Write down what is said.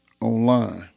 online